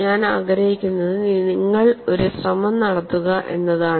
ഞാൻ ആഗ്രഹിക്കുന്നത് നിങ്ങൾ ഒരു ശ്രമം നടത്തുക എന്നതാണ്